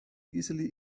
easily